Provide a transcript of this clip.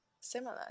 similar